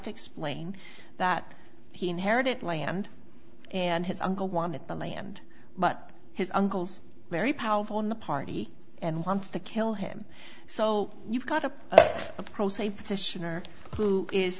to explain that he inherited land and his uncle wanted the land but his uncle's very powerful in the party and wants to kill him so you've got a across a petition or who is